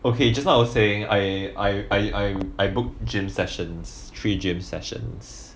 okay just now I was saying I I I I I book gym sessions three gym sessions